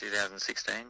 2016